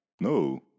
no